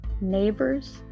neighbors